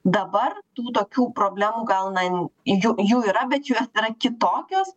dabar tų tokių problemų gal na jų jų yra bet jos yra kitokios